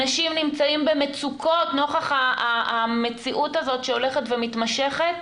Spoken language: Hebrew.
אנשים נמצאים במצוקות נוכח המציאות הזאת שהולכת ומתמשכת,